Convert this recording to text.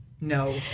no